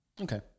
Okay